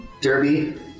Derby